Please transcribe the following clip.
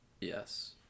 Yes